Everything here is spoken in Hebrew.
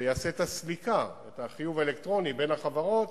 שיעשה את הסליקה, את החיוב האלקטרוני בין החברות,